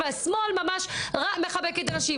ימניות ושמאלניות.